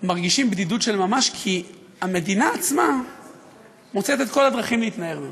מרגישים בדידות של ממש כי המדינה עצמה מוצאת את כל הדרכים להתנער מהם.